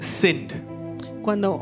sinned